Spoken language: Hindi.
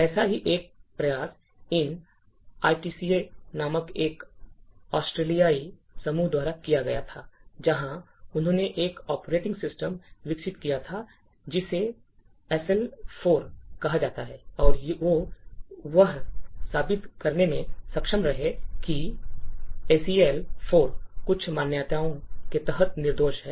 ऐसा ही एक प्रयास एनआईसीटीए नामक एक ऑस्ट्रेलियाई समूह द्वारा किया गया था जहां उन्होंने एक ऑपरेटिंग सिस्टम विकसित किया था जिसे सेएल 4 कहा जाता है और वे यह साबित करने में सक्षम रहे हैं कि एसईएल 4 कुछ मान्यताओं के तहत निर्दोष है